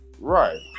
right